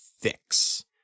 fix